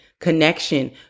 connection